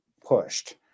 pushed